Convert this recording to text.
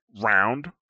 round